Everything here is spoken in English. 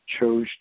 chose